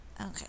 Okay